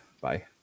Bye